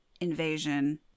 invasion